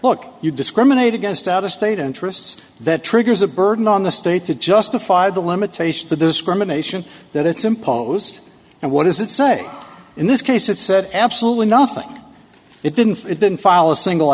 look you discriminate against out of state interests that triggers a burden on the state to justify the limitation the discrimination that it's imposed and what does it say in this case it said absolutely nothing it didn't it didn't follow single